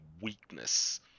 weakness